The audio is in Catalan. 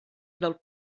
del